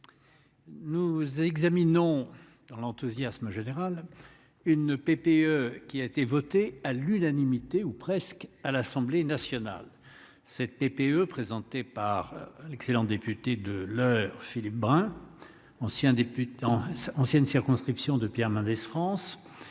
Nous examinons dans l'enthousiasme général une PPE qui a été voté à l'unanimité ou presque à l'Assemblée nationale 7 TPE présentée par l'excellent député de l'Eure, Philippe Brun, ancien député. Ancienne circonscription de Pierre Mendès France.